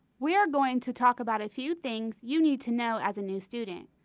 we are going to talk about a few things you need to know as a new student!